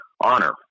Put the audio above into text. honor